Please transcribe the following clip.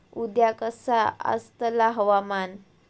उद्या कसा आसतला हवामान?